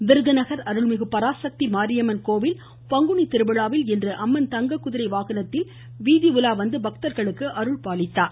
கோவில் விருதுநகர் அருள்மிகு பராசக்தி மாரியம்மன் கோவில் பங்குனி திருவிழாவில் இன்று அம்மன் தங்க குதிரை வாகனத்தில் வீதி உலா வந்து பக்தர்களுக்கு அருள்பாலித்தார்